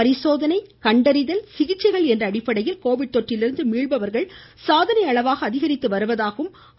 பரிசோதனைகள் கண்டறிதல் சிகிச்சைகள் என்ற அடிப்படையில் கோவிட் தொற்றிலிருந்து மீள்பவர்கள் சாதனை அளவாக அதிகரித்து வருவதாகவும் எடுத்துரைத்துள்ளது